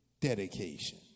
dedication